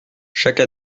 chaque